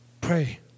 Pray